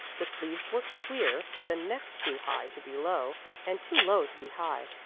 the sleeves were queer, the neck too high to be low and too low to be high,